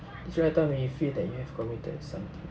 describe a time where you feel that you have committed something